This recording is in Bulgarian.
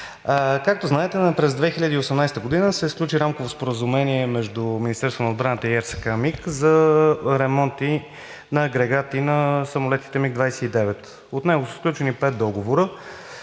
както знаете през 2018 г. се сключи Рамково споразумение между Министерството на отбраната и РСК „МиГ“ за ремонти на агрегати на самолетите МиГ-29. От него са сключени пет договора,